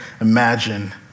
imagine